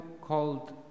called